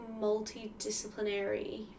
multidisciplinary